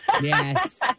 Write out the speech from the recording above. Yes